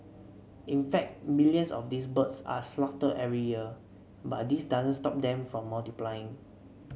in fact millions of these birds are slaughtered every year but this doesn't stop them from multiplying